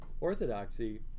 Orthodoxy